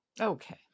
Okay